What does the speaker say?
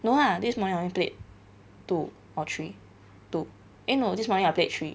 no ah this morning I played two or three two eh no this morning I played three no lah this morning I played three this morning update three